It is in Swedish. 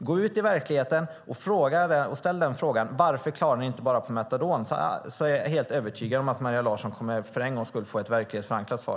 Gå ut i verkligheten, och ställ frågan varför de inte klarar sig på bara metadon! Jag är helt övertygad om att Maria Larsson då för en gångs skull kommer att få ett verklighetsförankrat svar.